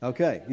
Okay